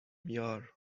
یار